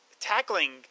tackling